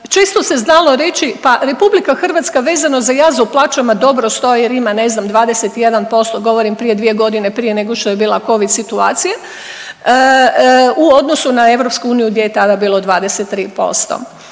često se znalo reći, pa RH vezano za jaz u plaćama dobro stoji jer ima, ne znam, 21%, govorim prije 2 godine, prije nego što je bila Covid situacija, u odnosu na EU gdje je tada bilo 23%.